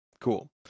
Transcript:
Cool